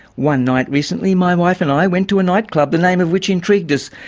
one night recently my wife and i went to a nightclub, the name of which intrigued us.